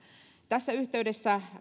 tässä yhteydessä